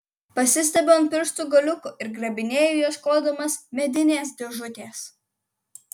pasistiebiu ant pirštų galiukų ir grabinėju ieškodamas medinės dėžutės